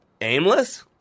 Aimless